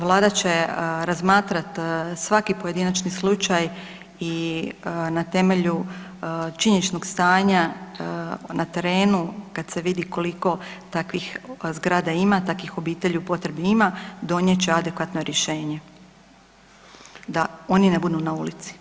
Vlada će razmatrati svaki pojedinačni slučaj i na temelju činjeničnog stanja na terenu kada se vidi koliko takvih zgrada ima, takvih obitelji u potrebi ima donijet će adekvatno rješenje da oni ne budu na ulici.